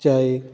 ਚਾਏ